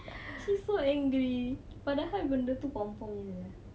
she so angry padahal benda tu pompom jer sia